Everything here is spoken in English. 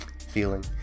feeling